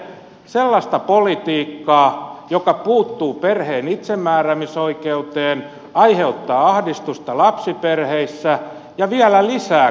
päinvastoin te teette sellaista politiikkaa joka puuttuu perheen itsemääräämisoikeuteen aiheuttaa ahdistusta lapsiperheissä ja vielä lisää kuluja